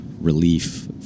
relief